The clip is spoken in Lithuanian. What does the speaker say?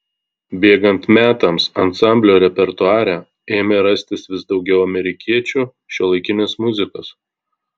bėgant metams ansamblio repertuare ėmė rastis vis daugiau amerikiečių šiuolaikinės muzikos